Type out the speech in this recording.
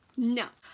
no.